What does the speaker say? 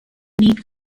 need